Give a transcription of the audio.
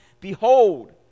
Behold